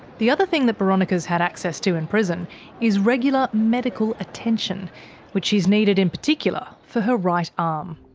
the other thing that boronika's had access to in prison is regular medical attention which she's needed in particular for her right arm.